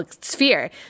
sphere